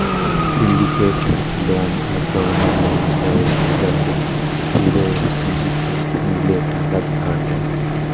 syndicated loan এক ধরণের loan ব্যবস্থা যাতে পুরো সিন্ডিকেট মিলে টাকা ধার দেয়